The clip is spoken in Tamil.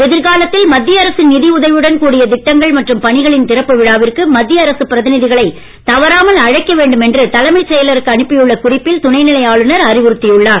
எதிர்காலத்தில் மத்திய அரசின் நிதி உதவியுடன் கூடிய திட்டங்கள் மற்றும் பணிகளின் திறப்பு விழாவிற்கு மத்திய அரசுப் பிரதிநிதிகளை தவறாமல் அழைக்க வேண்டும் என்று தலைமைச் செயலருக்கு அனுப்பியுள்ள குறிப்பில் துணைநிலை ஆளுநர் அறிவுறுத்தியுள்ளார்